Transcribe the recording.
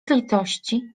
litości